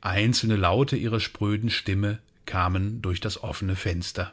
einzelne laute ihrer spröden stimme kamen durch das offene fenster